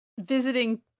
visiting